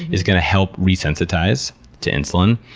is going to help re-sensitize to insulin.